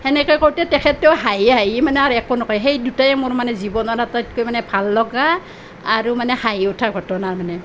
সেনেকৈ কওঁতে তেখেতেও হাঁহি হাঁহি মানে আৰু একো নকৰে সেই দুটায়ে মানে মোৰ জীৱনৰ আটাইতকৈ মানে ভাল লগা আৰু মানে হাঁহি উঠা ঘটনা মানে